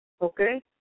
okay